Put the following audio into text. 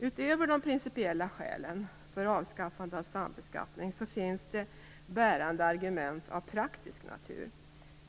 Utöver de principiella skälen för avskaffande av sambeskattning finns det bärande argument av praktisk natur.